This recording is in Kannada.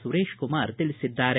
ಸುರೇಶಕುಮಾರ್ ತಿಳಿಸಿದ್ದಾರೆ